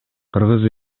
кыргыз